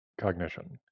cognition